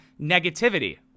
negativity